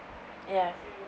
ya